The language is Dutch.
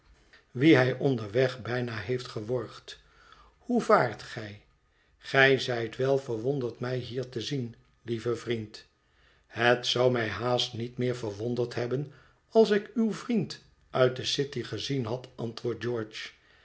bezoek hij onderweg bijna heeft geworgd hoe vaart gij gij zijt wel verwonderd mij hier te zien lieve vriend het zou mij haast niet meer verwonderd hebben als ik uw vriend uit de city gezien had antwoordt george